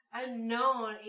unknown